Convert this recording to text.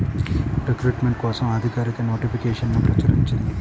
recruitment కోసం అధికారిక నోటిఫికేషన్ను ప్రచురించింది